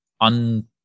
un